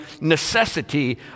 necessity